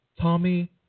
Tommy